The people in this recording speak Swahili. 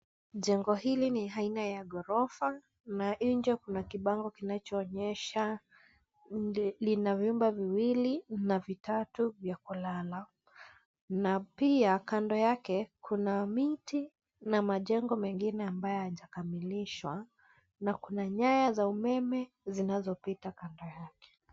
Jengo hili ni aina ya ghorofa na nje kuna kibango kinachoonyesha lina vyumba viwili na vitatu vya kulala na pia kando yake kuna miti na majengo mengine ambayo hayajakamilishwa na kuna nyaya za umeme zinazopita kando yake.